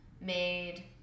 made